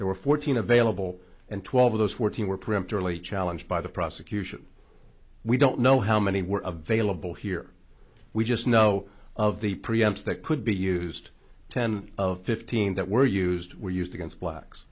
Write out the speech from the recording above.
there were fourteen available and twelve of those fourteen were primped early challenge by the prosecution we don't know how many were a vailable here we just know of the preamps that could be used ten of fifteen that were used were used against blacks